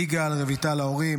יגאל ורויטל ההורים,